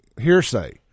hearsay